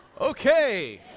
Okay